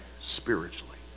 spiritually